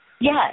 Yes